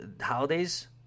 holidays